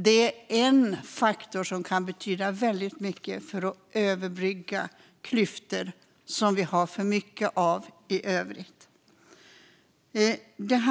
Det är en faktor som kan betyda väldigt mycket för att överbrygga klyftor som vi har för mycket av i övrigt. Jag är